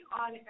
on